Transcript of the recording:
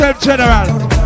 General